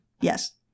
Yes